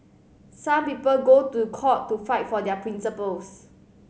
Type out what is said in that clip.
some people go to court to fight for their principles